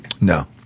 No